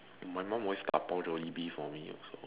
my mum always Dabao Jollibee for me also